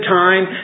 time